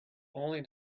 only